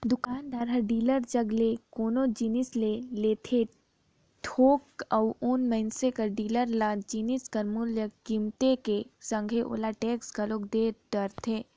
दुकानदार हर डीलर जग ले कोनो जिनिस ले लेथे थोक में अउ मइनसे हर डीलर ल जिनिस कर मूल कीमेत के संघे ओला टेक्स घलोक दे डरथे